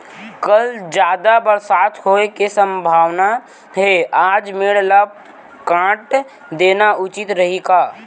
कल जादा बरसात होये के सम्भावना हे, आज मेड़ ल काट देना उचित रही का?